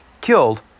Killed